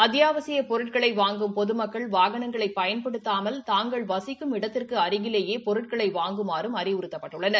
அத்தியாவசியப் பொருட்களை வாங்கும் பொதும்ககள் வாகனங்களை பயன்படுத்தாமல் தாங்கள் வசிக்கும் இடத்திற்கு அருகிலேயே பொருட்களை வாங்குமாறும அறிவுறுத்தப்பட்டுள்ளனர்